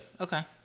Okay